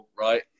right